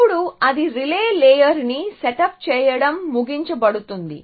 అప్పుడు అది రిలే లేయర్ని సెటప్ చేయడం ముగించబడుతుంది